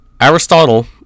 Aristotle